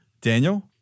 Daniel